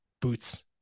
boots